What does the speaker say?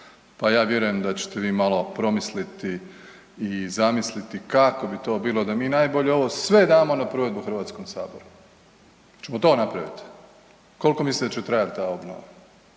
pa ja vjerujem da ćete vi malo promisliti i zamisliti kako bi to bilo da mi najbolje ovo sve damo na provedbu Hrvatskom saboru. Hoćemo to napraviti? Koliko mislite da će trajati ta obnova?